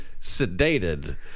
sedated